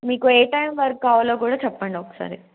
మీకు ఏ time work కావాలో కూడా చెప్పండి ఒకసారి